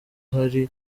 harry